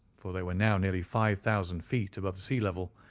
for they were now nearly five thousand feet above the sea level,